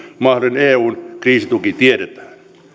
mahdollinen eun kriisituki tiedetään